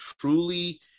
truly